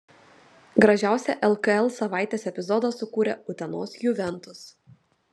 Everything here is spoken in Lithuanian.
gražiausią lkl savaitės epizodą sukūrė utenos juventus